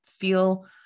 feel